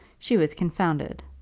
she was confounded.